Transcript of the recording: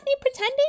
pretending